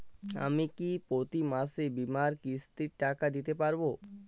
আমি কি প্রতি মাসে বীমার কিস্তির টাকা দিতে পারবো?